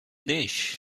this